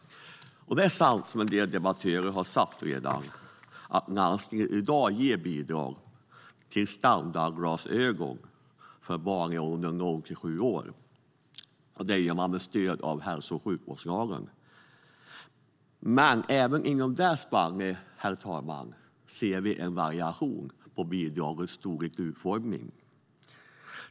Det är sant som en del debattörer redan har sagt att landstingen i dag ger bidrag till standardglasögon för barn i åldern 0-7 år med stöd av hälso och sjukvårdslagen. Men även inom det spannet, herr talman, kan man se en variation i bidragets storlek och utformning.